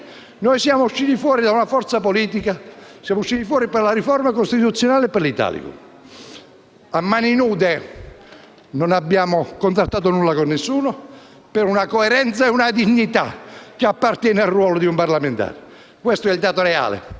siamo usciti fuori da una forza politica a causa della riforma costituzionale e dell'Italicum, a mani nude. Non abbiamo contrattato nulla con nessuno, per una coerenza e una dignità che appartengono al ruolo di un parlamentare. Questo è il dato reale.